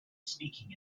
sneaking